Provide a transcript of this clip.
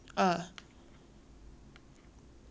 他不管 lor 他都不懂是 monkey 来的